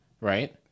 right